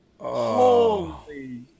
holy